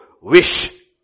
wish